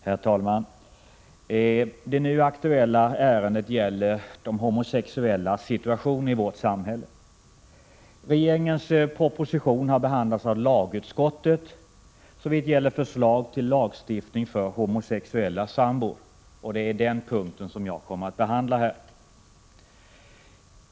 Herr talman! Det nu aktuella ärendet gäller de homosexuellas situation i vårt samhälle. Regeringens proposition har behandlats av lagutskottet såvitt gäller förslag till lagstiftning för homosexuella sambor, och det är den punkten jag kommer att behandla.